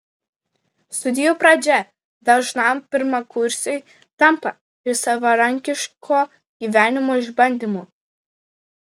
studijų pradžia dažnam pirmakursiui tampa ir savarankiško gyvenimo išbandymu